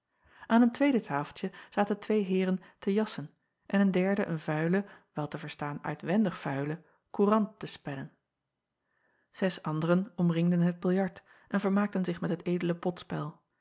an een tweede tafeltje zaten twee eeren te jassen en een derde een vuile wel te verstaan uitwendig vuile courant te spellen es anderen omringden het biljart en vermaakten zich met het edele potspel